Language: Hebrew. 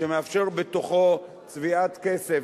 שמאפשר צביעת כסף,